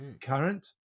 current